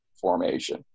formation